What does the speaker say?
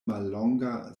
mallonga